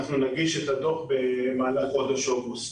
אנחנו נגיש את הדוח במהלך חודש אוגוסט.